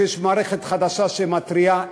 שיש מערכת חדשה שמתריעה.